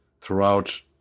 throughout